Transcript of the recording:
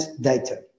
data